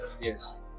Yes